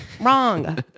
Wrong